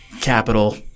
capital